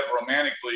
romantically